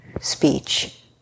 speech